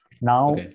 Now